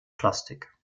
plastik